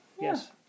Yes